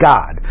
God